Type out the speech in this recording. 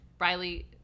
Riley